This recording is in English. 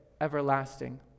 everlasting